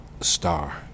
star